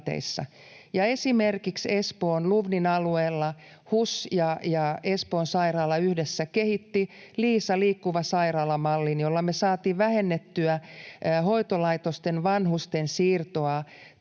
Esimerkiksi Espoon, LUVNin, alueella HUS ja Espoon sairaala yhdessä kehittivät LiiSan, Liikkuva sairaala ‑mallin, jolla me saatiin vähennettyä hoitolaitosten vanhusten siirtoa